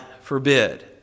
forbid